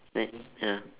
ya